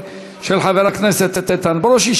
של חבר הכנסת איתן ברושי,